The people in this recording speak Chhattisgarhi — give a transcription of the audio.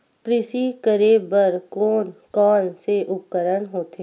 कृषि करेबर कोन कौन से उपकरण होथे?